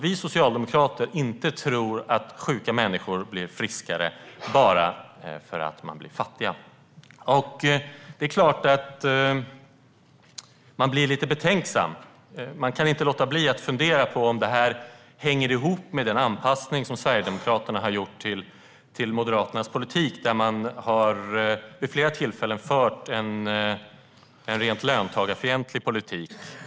Vi socialdemokrater tror inte att sjuka människor blir friskare bara för att de blir fattiga. Det är klart att jag blir lite betänksam. Jag kan inte låta bli att fundera på om det här hänger ihop med den anpassning som Sverigedemokraterna har gjort till Moderaternas politik. Vid flera tillfällen har man fört en rent löntagarfientlig politik.